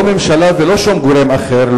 לא ממשלה ולא שום גורם אחר,